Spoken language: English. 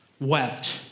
wept